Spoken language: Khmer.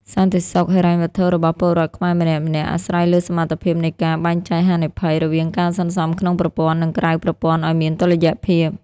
សន្តិសុខហិរញ្ញវត្ថុរបស់ពលរដ្ឋខ្មែរម្នាក់ៗ អាស្រ័យលើសមត្ថភាពនៃការ "បែងចែកហានិភ័យ" រវាងការសន្សំក្នុងប្រព័ន្ធ និងក្រៅប្រព័ន្ធឱ្យមានតុល្យភាព។